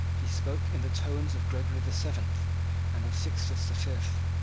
he spoke in the tones of gregory the seventh and of sixtus the fifth.